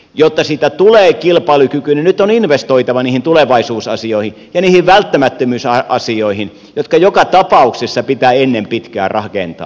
jotta siitä tulee kilpailukykyinen nyt on investoitava niihin tulevaisuusasioihin ja niihin välttämättömyysasioihin jotka joka tapauksessa pitää ennen pitkää rakentaa